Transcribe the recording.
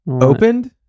Opened